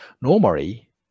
normally